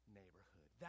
neighborhood